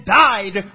died